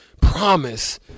promise